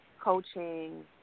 coaching